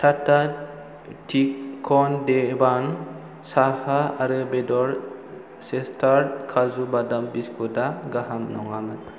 Tata tea खन देवान साहा आरो बेदर चेसटार काजु बादाम बिस्कुटा गाहाम नङामोन